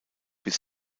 bis